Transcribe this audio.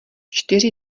čtyři